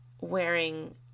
wearing